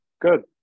good